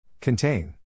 Contain